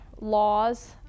laws